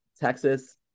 Texas